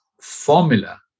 formula